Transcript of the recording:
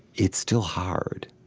it's still hard.